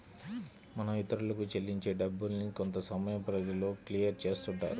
మనం ఇతరులకు చెల్లించే డబ్బుల్ని కొంతసమయం పరిధిలో క్లియర్ చేస్తుంటారు